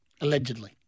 Allegedly